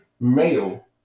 male